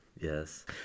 Yes